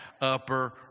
upper